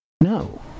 No